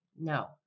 No